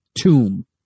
tomb